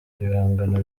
ibihangano